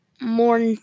more